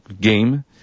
game